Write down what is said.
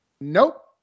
Nope